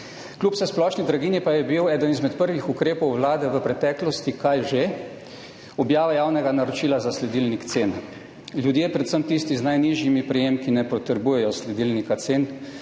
Kljub vsesplošni draginji pa je bil eden izmed prvih ukrepov Vlade v preteklosti – kaj že? Objava javnega naročila za sledilnik cen. Ljudje, predvsem tisti z najnižjimi prejemki, ne potrebujejo sledilnika cen.